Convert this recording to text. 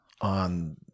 on